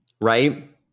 right